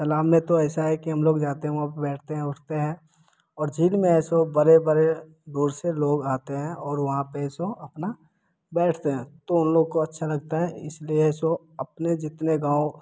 तालाब में तो ऐसा है कि हम लोग जाते हैं वहाँ पर बैठते हैं उठते हैं और झील में ऐसे बड़े बड़े दूर से लोग आते हैं और वहाँ पर तो अपना बैठते हैं तो उन लोग को अच्छा लगता है इसलिए तो अपने जितने गाँव